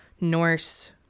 Norse